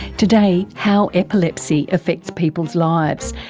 today, how epilepsy affects people's lives,